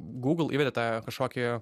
google įvedėte kažkokį